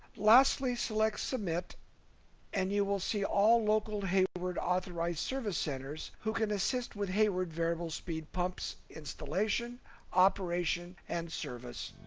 lastly select submit and you will see all local hayward authorized service centers who can assist with hayward variable speed pumps installation operation and service.